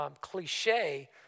cliche